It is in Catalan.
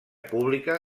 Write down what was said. pública